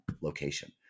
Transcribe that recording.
location